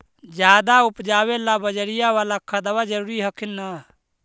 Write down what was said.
ज्यादा उपजाबे ला बजरिया बाला खदबा जरूरी हखिन न?